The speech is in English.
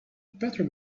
better